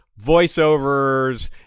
voiceovers